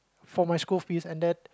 for my school fees and then